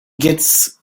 gets